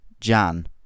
jan